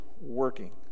working